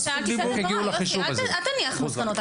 שאלתי הבהרה, אל תניח מסקנות.